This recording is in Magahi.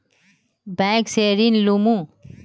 बैंक से ऋण लुमू?